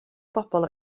bobol